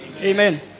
Amen